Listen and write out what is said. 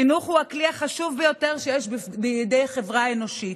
חינוך הוא הכלי החשוב ביותר שיש בידי חברה אנושית.